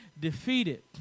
defeated